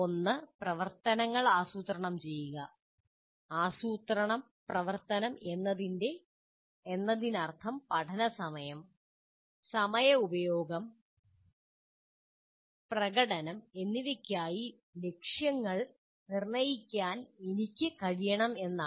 ഒന്ന് പ്രവർത്തനങ്ങൾ ആസൂത്രണം ചെയ്യുക ആസൂത്രണ പ്രവർത്തനം എന്നതിനർത്ഥം പഠനം സമയ ഉപയോഗം പ്രകടനം എന്നിവയ്ക്കായി ലക്ഷ്യങ്ങൾ നിർണ്ണയിക്കാൻ എനിക്ക് കഴിയണം എന്നാണ്